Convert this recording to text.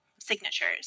signatures